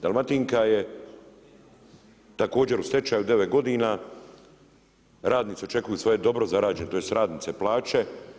Dalmatinka je također u stečaju 9 godina, radnici očekuju svoje dobro zarađene, tj. radnice plaće.